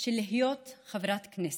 של להיות חברת כנסת.